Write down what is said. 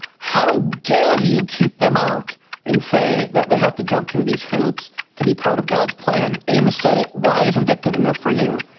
how dare you keep them out and say that they have to jump through these hoops to be part of god's plan. amos said it, why isn't that good enough for you?